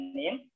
name